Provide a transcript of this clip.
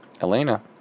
Elena